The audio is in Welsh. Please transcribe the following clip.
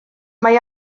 mae